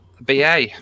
BA